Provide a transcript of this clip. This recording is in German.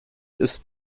ist